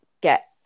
get